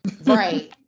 Right